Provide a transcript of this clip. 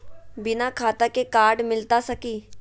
बिना खाता के कार्ड मिलता सकी?